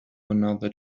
another